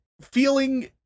feeling